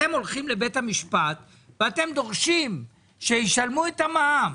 אתם הולכים לבית המשפט ואתם דורשים שישלמו את המע"מ.